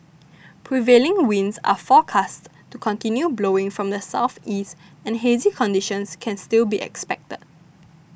prevailing winds are forecast to continue blowing from the southeast and hazy conditions can still be expected